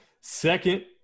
Second